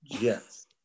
yes